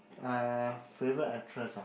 uh favourite actress ah